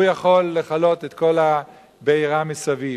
הוא יכול לכלות את כל הבעירה מסביב.